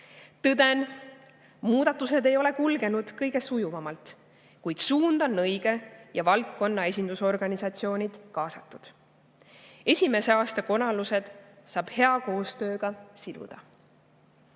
Tõden, et muudatused ei ole kulgenud kõige sujuvamalt, kuid suund on õige ja valdkonna esindusorganisatsioonid kaasatud. Esimese aasta konarused saab hea koostööga siluda.